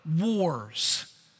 wars